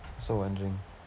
also wondering